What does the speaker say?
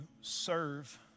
serve